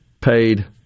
paid